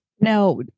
Now